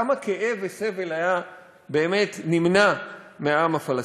כמה כאב וסבל היו באמת נמנעים מהעם הפלסטיני.